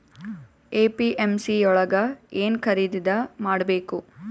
APMC ಯೊಳಗ ಏನ್ ಖರೀದಿದ ಮಾಡ್ಬೇಕು?